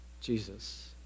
Jesus